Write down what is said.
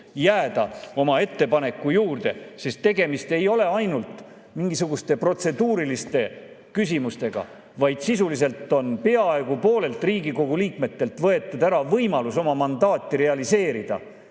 oma ettepaneku juurde, sest tegemist ei ole ainult mingisuguste protseduuriliste küsimustega, vaid sisuliselt on peaaegu poolelt Riigikogu liikmetelt võetud ära võimalus oma mandaati realiseerida,